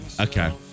Okay